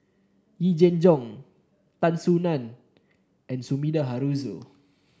Yee Jenn Jong Tan Soo Nan and Sumida Haruzo